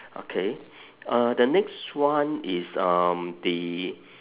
okay uh the next one is um the